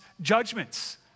judgments